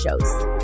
shows